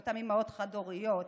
לאותן אימהות חד-הוריות,